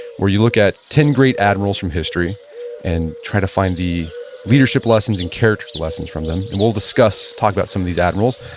where you look at ten great admirals from history and try to find the leadership lessons and character lessons from them. and we'll discuss, talk about some of these admirals.